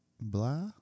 blah